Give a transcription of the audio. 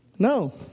no